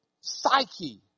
psyche